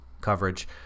coverage